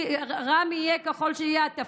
ורם יהיה התפקיד ככל שיהיה,